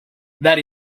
that